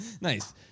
Nice